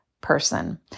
person